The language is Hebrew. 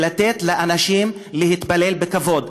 ולתת לאנשים להתפלל בכבוד.